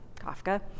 Kafka